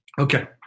Okay